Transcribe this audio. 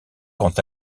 quant